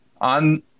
on